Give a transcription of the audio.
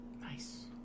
Nice